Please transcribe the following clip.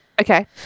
Okay